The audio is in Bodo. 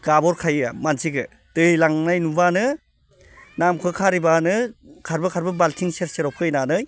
गाबहरखायो आं मानसिखो दै लांनाय नुब्लानो नामखो खारिब्लानो खारबो खारबो बाल्थिं सेर सेराव फैनानै